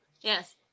yes